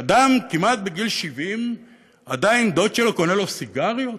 אדם כמעט בגיל 70, עדיין דוד שלו קונה לו סיגריות?